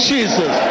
Jesus